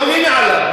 מי מעליו?